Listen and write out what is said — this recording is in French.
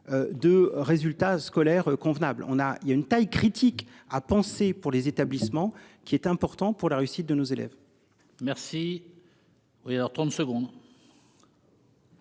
De résultats scolaires convenable. On a il y a une taille critique a pensé pour les établissements qui est important pour la réussite de nos élèves. Merci. Oui alors